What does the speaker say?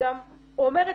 גם אומרת,